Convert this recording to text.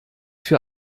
für